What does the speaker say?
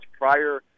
prior